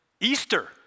Easter